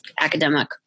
academic